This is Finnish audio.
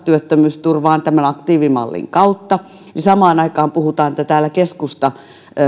työttömyysturvaan tämän aktiivimallin kautta niin samaan aikaan puhutaan että täällä keskusta